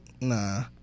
Nah